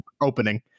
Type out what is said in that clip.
opening